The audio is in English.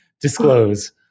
disclose